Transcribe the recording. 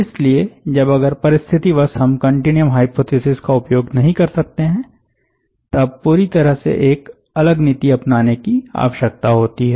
इसलिए जब अगर परस्थितिवश हम कन्टीन्युअम हाइपोथिसिस का उपयोग नहीं कर सकते हैं तब पूरी तरह से एक अलग नीति अपनाने की आवश्यकता होती है